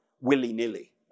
willy-nilly